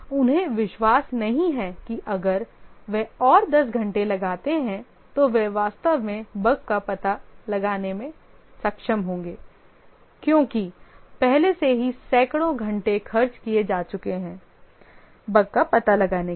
उन्हें विश्वास नहीं है कि अगर वह और 10 घंटे लगाते हैं तो वे वास्तव में बग का पता लगाने में सक्षम होंगे क्योंकि पहले से ही सैकड़ों घंटे खर्च किए जा चुके हैं बग का पता लगाने के लिए